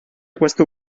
questo